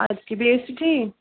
اَدٕ کیٛاہ بیٚیہِ ٲسِو ٹھیٖک